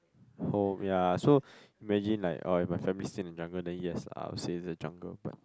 oh ya so imagine like oh if my family stay in the jungle then yes I'll stay in the jungle but